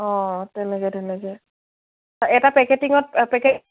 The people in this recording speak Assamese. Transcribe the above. অঁ তেনেকে তেনেকে এটা পেকেটিঙত